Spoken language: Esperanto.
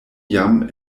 jam